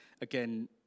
again